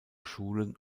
schulen